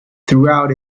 throughout